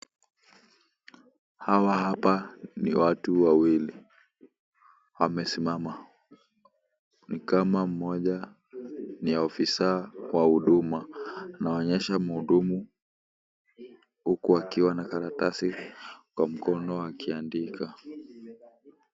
Hawa hapa ni watu wawili. Wamesimama, ni kama mmoja ni afisa wa huduma. Inaonyesha mhudumu huku akiwa na karatasi kwa mkono akiandika.